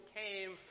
came